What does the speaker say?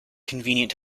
convenient